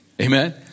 Amen